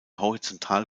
horizontal